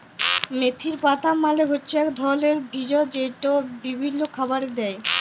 মেথির পাতা মালে হচ্যে এক ধরলের ভেষজ যেইটা বিভিল্য খাবারে দেয়